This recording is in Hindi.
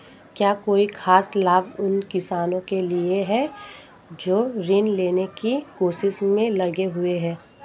क्या कोई खास लाभ उन किसानों के लिए हैं जो ऋृण लेने की कोशिश में लगे हुए हैं?